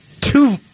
two